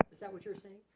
is that what you're saying?